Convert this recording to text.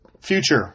future